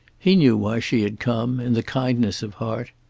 he knew why she had come, in the kindness of heart.